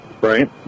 right